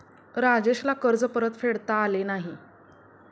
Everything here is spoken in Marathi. राजेशला कर्ज परतफेडता आले नाही